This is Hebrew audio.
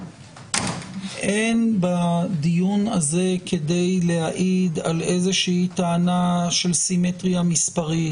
אין בדיון הזה כדי להעיד על איזושהי טענה של סימטריה מספרית,